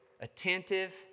attentive